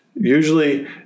Usually